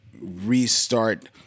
restart